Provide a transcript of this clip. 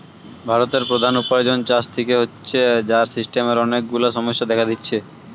ভারতের প্রধান উপার্জন চাষ থিকে হচ্ছে, যার সিস্টেমের অনেক গুলা সমস্যা দেখা দিচ্ছে